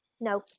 No